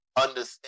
understand